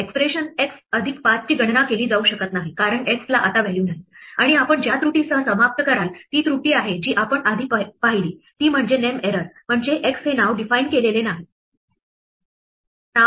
expression x अधिक 5 ची गणना केली जाऊ शकत नाही कारण x ला आता व्हॅल्यू नाही आणि आपण ज्या त्रुटीसह समाप्त कराल ती त्रुटी आहे जी आपण आधी पाहिली ती म्हणजे नेम एरर म्हणजे x हे नाव define केलेले नाही